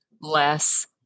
less